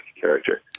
character